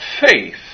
faith